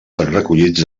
recollits